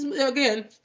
again